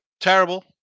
terrible